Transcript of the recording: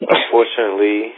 Unfortunately